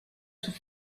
sous